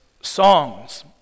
songs